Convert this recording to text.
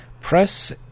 press